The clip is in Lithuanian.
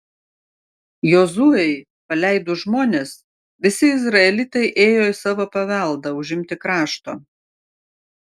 jozuei paleidus žmones visi izraelitai ėjo į savo paveldą užimti krašto